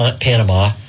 Panama